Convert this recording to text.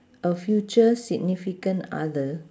a future significant other